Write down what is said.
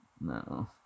No